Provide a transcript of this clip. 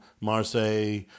Marseille